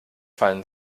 fallen